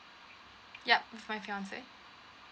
yup with my fiancé